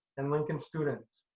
and lincoln students?